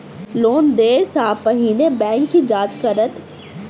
Loan देय सा पहिने बैंक की जाँच करत?